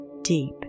deep